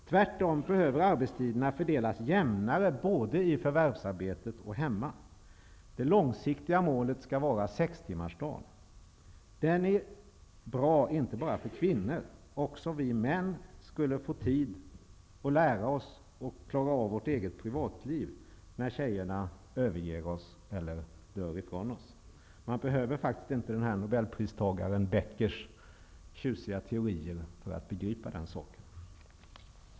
Tvärtom behöver arbetstiderna fördelas jämnare både i förvärvsarbetet och hemma. Det långsiktiga målet skall vara sextimmarsdagen. Den är bra, inte enbart för kvinnor -- också vi män skulle då få tid att klara vårt eget privatliv när tjejerna överger oss eller dör ifrån oss. Man behöver faktiskt inte nobelpristagare Beckers tjusiga teorier för att begripa den saken.